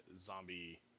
zombie